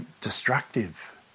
destructive